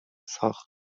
ساخت